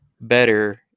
better